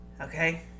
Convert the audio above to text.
Okay